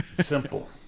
Simple